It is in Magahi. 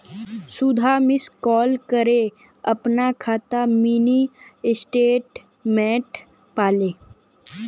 सुधा मिस कॉल करे अपनार खातार मिनी स्टेटमेंट पाले